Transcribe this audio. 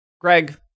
Greg